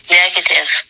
negative